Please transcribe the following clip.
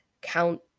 Count